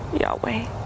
Yahweh